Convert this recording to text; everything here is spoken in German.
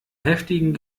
heftigen